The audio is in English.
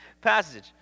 passage